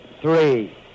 three